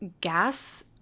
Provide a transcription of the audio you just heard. gas